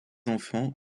enfants